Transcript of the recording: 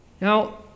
Now